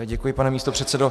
Děkuji, pane místopředsedo.